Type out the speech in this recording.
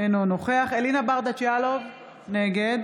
אינו נוכח אלינה ברדץ' יאלוב, נגד